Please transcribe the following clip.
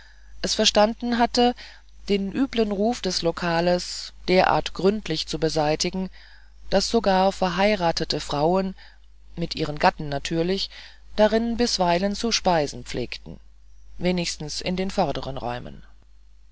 es verstanden hatte den üblen ruf des lokals derartig gründlich zu beseitigen daß sogar verheiratete frauen mit ihren gatten natürlich darin bisweilen zu speisen pflegten wenigstens in den vorderen räumen